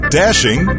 dashing